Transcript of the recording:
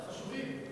אבל חשובים.